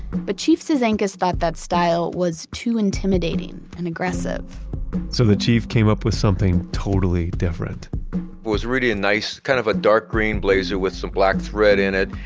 but chiefs cizanckas thought that style was too intimidating and aggressive so the chief came up with something totally different it was really a nice kind of dark green blazer with some black thread in it.